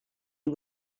who